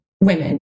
women